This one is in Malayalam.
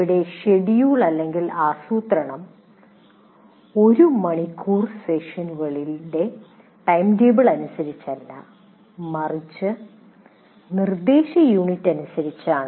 ഇവിടെ ഷെഡ്യൂൾ ആസൂത്രണം ഒരു മണിക്കൂർ സെഷനുകളുടെ ടൈംടേബിൾ അനുസരിച്ചല്ല മറിച്ച് അത് നിർദ്ദേശയൂണിറ്റ് അനുസരിച്ചാണ്